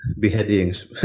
beheadings